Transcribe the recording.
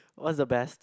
what's the best